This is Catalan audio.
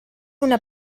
una